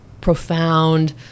profound